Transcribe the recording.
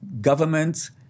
governments